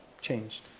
changed